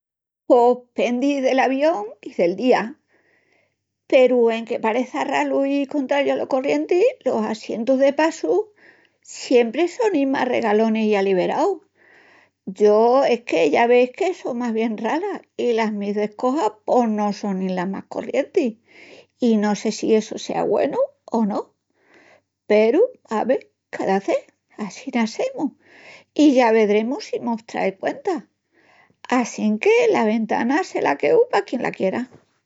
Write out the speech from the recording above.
Pos pendi del avión i del dia. peru enque pareça ralu i contrariu alo corrienti, los assientus de passu siempri sonin mas regalonis i aliberaus. Yo es que ya ves que só más bien rala i las mis descojas pos no sonin las más corrientis, i no sé si essu sea güenu o no, peru, ave. cadacé, assina semus i ya vedremus si mos trai cuenta. Assinque la ventana se la queu pa quien la quiera.